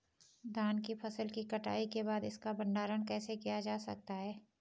धान की फसल की कटाई के बाद इसका भंडारण कैसे किया जा सकता है?